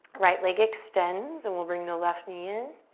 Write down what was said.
right leg extends, and we'll bring the left knee in.